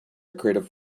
creative